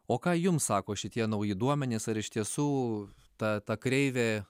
o ką jums sako šitie nauji duomenys ar iš tiesų ta ta kreivė